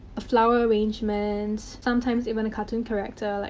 a flower arrangement. sometimes, even a cartoon character, like